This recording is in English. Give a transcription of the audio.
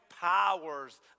powers